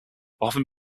often